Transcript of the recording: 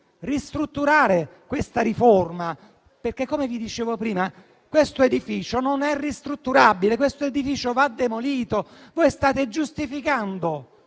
ristrutturare questa riforma. Come vi dicevo prima, questo edificio non è ristrutturabile, ma va demolito. Voi state giustificando